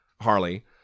Harley